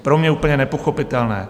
Pro mě úplně nepochopitelné.